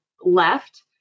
left